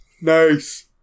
Nice